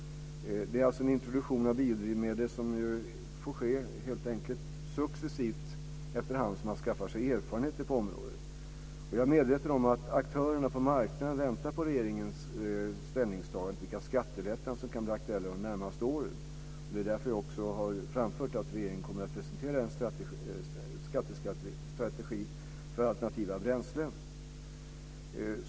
En introduktion av biodrivmedel får helt enkelt ske efterhand som man skaffar sig erfarenheter på området. Jag är medveten om att aktörerna på marknaden väntar på regeringens ställningstaganden i fråga om vilka skattelättnader som kan bli aktuella de närmaste åren. Det är därför jag också har framfört att regeringen kommer att presentera en skattestrategi för alternativa bränslen.